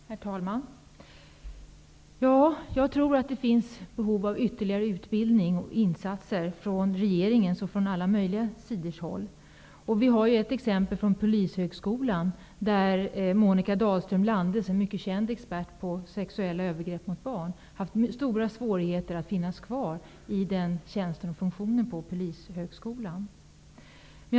Herr talman! Jag tror att det finns behov av ytterligare utbildning och insatser från regeringen och från alla möjliga håll. Vi har ett exempel från Polishögskolan där Monika Dahlström-Lande, som är en mycket känd expert på sexuella övergrepp mot barn, har haft stora svårigheter att vara kvar i sin tjänst och funktion på Polishögskolan.